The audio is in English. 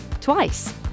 twice